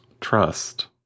Trust